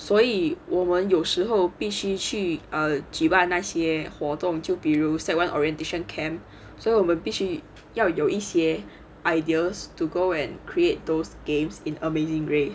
所以我们有时候必须去 err 举办那些活动就比如 sec one orientation camp so 我们必须要有一些 ideas to go and create those games in amazing race